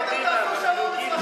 קודם תעשו שלום אצלכם.